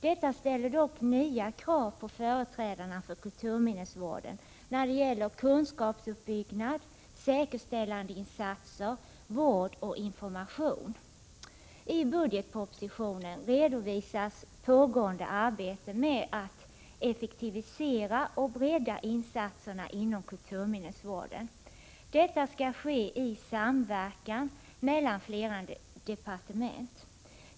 Detta ställer dock nya krav på företrädarna för kulturminnesvården när det gäller kunskapsuppbyggnad, säkerställandeinsatser, vård och information. I budgetpropositionen redovisas pågående arbete med att effektivisera och bredda insatserna inom kulturminnesvården. Detta skall ske i samverkan mellan flera departement.